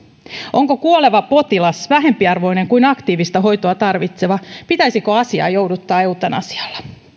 onko kuoleva potilas vähempiarvoinen kuin aktiivista hoitoa tarvitseva pitäisikö asiaa jouduttaa eutanasialla